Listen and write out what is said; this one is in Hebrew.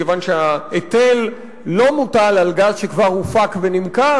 מכיוון שההיטל לא מוטל על גז שכבר הופק ונמכר